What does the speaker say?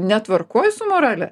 netvarkoj su morale